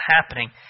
happening